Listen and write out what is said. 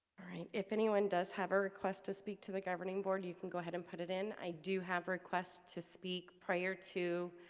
all right, if anyone does have a request to speak to the governing board you can go ahead and put it in. i do have requests to speak prior to